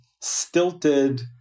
stilted